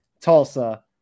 Tulsa